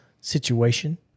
situation